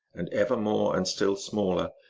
and ever more and still smaller,